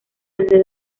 desde